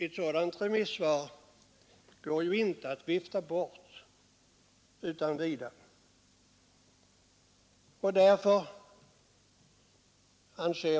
Ett sådant remissvar går ju inte att vifta bort utan vidare.